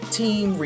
team